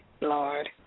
Lord